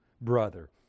brother